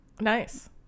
nice